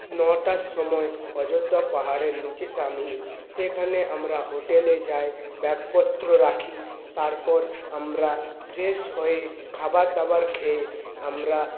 নটার সময় অযোধ্যা পাহাড়ের নীচে নামি সেখানে আমরা হোটেলে যাই ব্যাগপত্র রাখি তারপর আমরা ফ্রেশ হয়ে খাবারদাবার খেয়ে আমরা